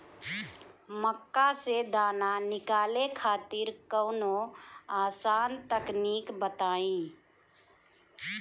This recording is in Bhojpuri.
मक्का से दाना निकाले खातिर कवनो आसान तकनीक बताईं?